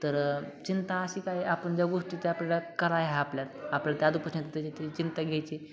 तर चिंता अशी काय आपण ज्या गोष्टी त्या आपल्याला करायला ह्या आपल्यात आपल्याला त्या चिंता घ्यायची